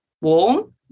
warm